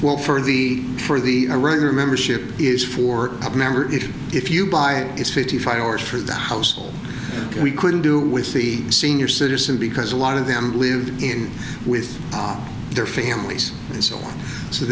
well for the for the regular membership is for a member it if you buy it is fifty five dollars for the household we couldn't do with the senior citizen because a lot of them live in with their families and so on so